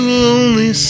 lonely